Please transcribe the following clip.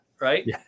right